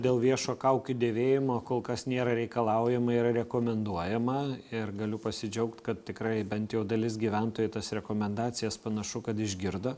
dėl viešo kaukių dėvėjimo kol kas nėra reikalaujama yra rekomenduojama ir galiu pasidžiaugt kad tikrai bent jau dalis gyventojų tas rekomendacijas panašu kad išgirdo